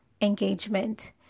engagement